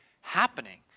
happening